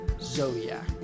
Zodiac